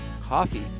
Coffee